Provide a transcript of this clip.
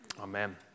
Amen